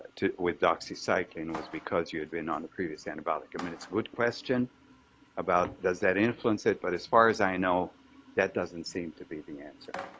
with ah so like and was because you have been on the previous antibiotic. i mean, it's a good question about does that influence it, but as far as i know that doesn't seem to be the answer.